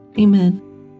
Amen